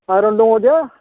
iron दङजे